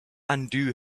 undo